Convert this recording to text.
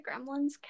Gremlins